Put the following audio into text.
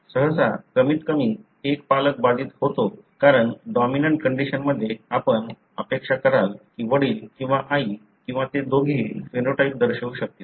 सहसा कमीतकमी एक पालक बाधित होतो कारण डॉमिनंट कंडिशनमध्ये आपण अपेक्षा कराल की वडील किंवा आई किंवा ते दोघे फेनोटाइप दर्शवू शकतील